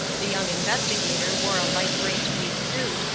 the young investigator wore a light grey tweed suit,